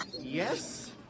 yes